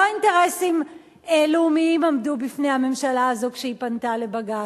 לא אינטרסים לאומיים עמדו בפני הממשלה הזאת כשהיא פנתה לבג"ץ,